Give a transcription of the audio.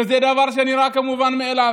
וזה דבר שנראה כמובן מאליו.